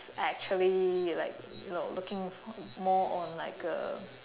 actually like you know looking more on like a